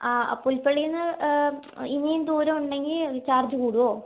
പുല്പള്ളിയിൽ നിന്ന് ഇനിയും ദൂരം ഉണ്ടെങ്കിൽ ചാർജ് കൂടുമോ